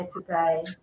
today